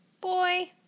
boy